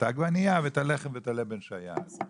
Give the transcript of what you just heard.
העגבנייה ואת הלחם ואת הלבן שהיה אז.